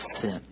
sin